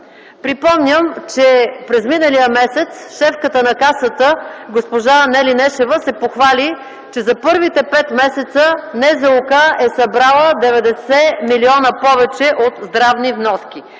Припомням, че през миналия месец шефката на Касата госпожа Нели Нешева се похвали, че за първите пет месеца НЗОК е събрала 90 млн. лв. повече от здравни вноски.